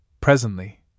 presently